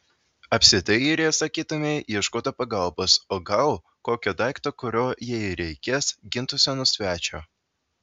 apsidairė sakytumei ieškotų pagalbos o gal kokio daikto kuriuo jei reikės gintųsi nuo svečio